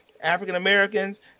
African-Americans